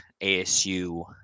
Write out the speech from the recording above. ASU